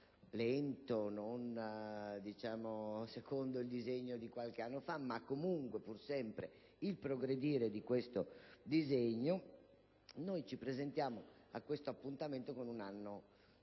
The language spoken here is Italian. lento e non secondo il disegno di qualche anno fa, ma è comunque pur sempre il progredire di questo disegno), noi ci presentiamo a questo appuntamento con un anno di